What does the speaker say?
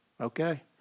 Okay